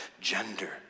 gender